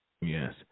Yes